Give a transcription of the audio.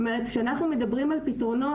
כשאנחנו מדברים על פתרונות,